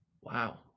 Wow